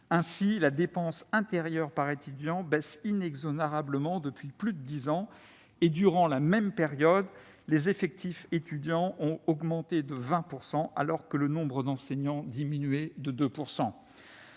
La dépense intérieure par étudiant baisse inexorablement depuis plus de dix ans et, durant la même période, les effectifs étudiants ont augmenté de 20 %, quand le nombre d'enseignants diminuait de 2 %.